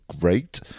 great